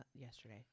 yesterday